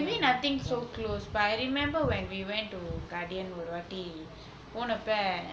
maybe nothing so close but I remember when we went to guardian ஒரு வாட்டி போனப்ப:oru vaatti ponappa